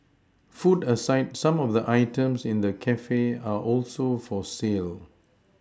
food aside some of the items in the cafe are also for sale